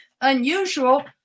unusual